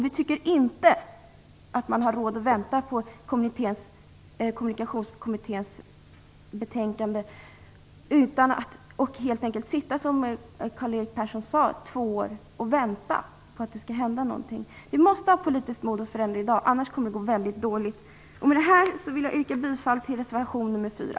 Vi tycker inte att man har råd att vänta på Kommunikationskommitténs betänkande. Vi kan helt enkelt inte vänta i två år på att det skall hända något, som Karl-Erik Persson sade. Vi måste ha politiskt mod att förändra i dag. Annars kommer det att gå mycket dåligt. Med detta vill jag yrka bifall till reservation nr 4.